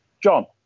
John